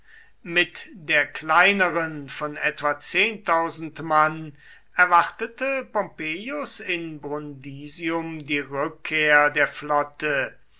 mit der kleineren von etwa mann erwartete pompeius in brundisium die rückkehr der flotte